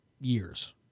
years